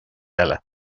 eile